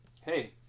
hey